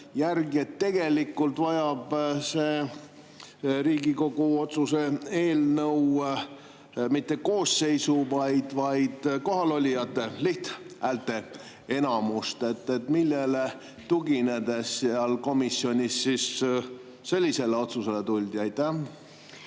järgi, et tegelikult vajab see Riigikogu otsuse eelnõu mitte koosseisu, vaid kohalolijate [enamust], lihthäälteenamust. Millele tuginedes seal komisjonis sellisele otsusele tuldi? Aitäh,